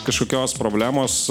kažkokios problemos